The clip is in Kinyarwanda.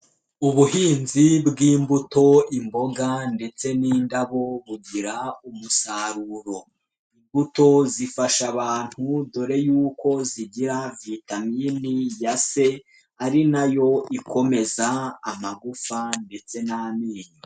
Ubuhinzi bw'imbuto imboga ndetse n'indabo bugira umusaruro, imbuto zifasha abantu dore y'uko zigira vitamini ya C ari na yo ikomeza amagufa ndetse n'amenyo.